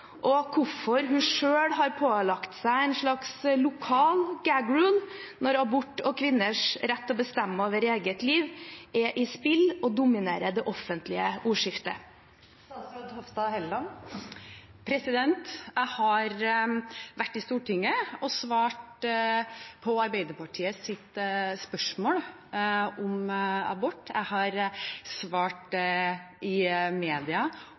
Og hvorfor har hun selv pålagt seg en slags lokal «gag rule» når abort og kvinners rett til å bestemme over eget liv er i spill og dominerer det offentlige ordskiftet? Jeg har vært i Stortinget og svart på Arbeiderpartiets spørsmål om abort. Jeg har svart i media